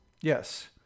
Yes